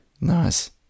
Nice